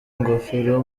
ingofero